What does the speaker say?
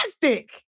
fantastic